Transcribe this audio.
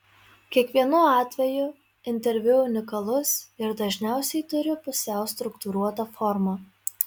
kiekvienu atveju interviu unikalus ir dažniausiai turi pusiau struktūruotą formą